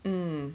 mm